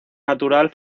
natural